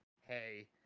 hey